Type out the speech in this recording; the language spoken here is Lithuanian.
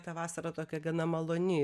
tą vasarą tokia gana maloni